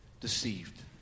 deceived